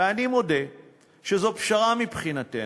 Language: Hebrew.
ואני מודה שזו פשרה מבחינתנו,